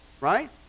Right